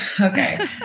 Okay